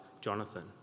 Jonathan